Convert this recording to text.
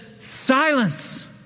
silence